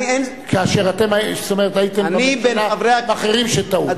כאשר אתם הייתם בממשלה עם אחרים שטעו.